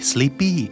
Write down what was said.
Sleepy